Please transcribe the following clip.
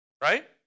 right